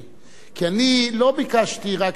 כי אני לא ביקשתי רק את הנתונים,